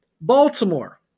Baltimore